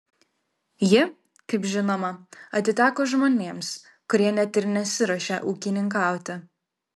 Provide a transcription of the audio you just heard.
ji kaip žinoma atiteko žmonėms kurie net ir nesiruošia ūkininkauti